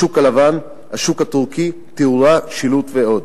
השוק הלבן, השוק הטורקי, תאורה, שילוט ועוד,